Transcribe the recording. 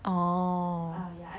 oh